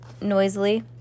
noisily